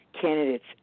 candidates